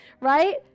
Right